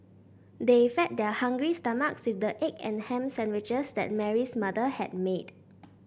they fed their hungry stomachs with the egg and ham sandwiches that Mary's mother had made